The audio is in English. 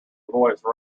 voice